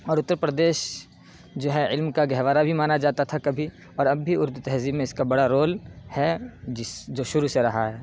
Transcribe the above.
اور اتّر پردیس جو ہے علم کا گہوارہ بھی مانا جاتا تھا کبھی اور اب بھی اردو تہذیب میں اس کا بڑا رول ہے جس جو شروع سے رہا ہے